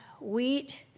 wheat